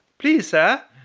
please, sir,